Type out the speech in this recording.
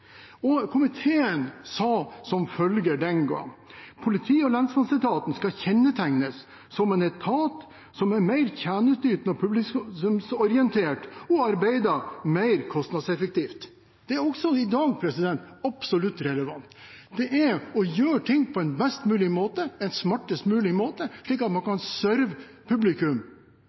Og man sa i komiteen den gang som følger: «Politi- og lensmannsetaten skal kjennetegnes som en etat som er mer tjenesteytende og publikumsorientert og arbeider mer kostnadseffektivt.» Det er også i dag absolutt relevant å gjøre ting på en best mulig måte, en smartest mulig måte, slik at man kan serve publikum